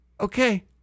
Okay